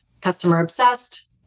customer-obsessed